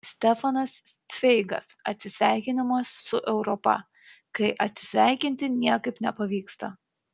stefanas cveigas atsisveikinimas su europa kai atsisveikinti niekaip nepavyksta